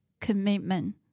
commitment